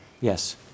Yes